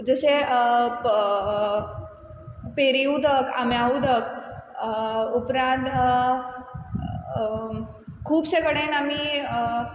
जशें प पेरी उदक आंब्या उदक उपरान खुबशे कडेन आमी